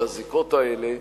על הזיקות האלה,